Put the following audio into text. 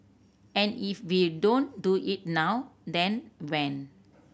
and if we don't do it now then when